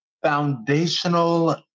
foundational